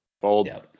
Fold